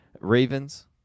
Ravens